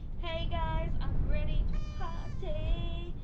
hey guys, i'm ready ah birthday,